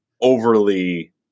overly